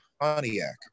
Pontiac